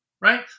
Right